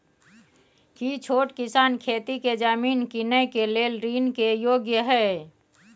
की छोट किसान खेती के जमीन कीनय के लेल ऋण के योग्य हय?